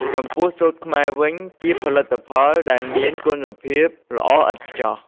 ចំពោះសូត្រខ្មែរវិញ ជាផលិតផលដែលមានគុណភាពល្អឥតខ្ចោះ។